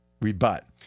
Rebut